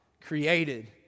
created